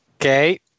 Okay